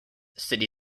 city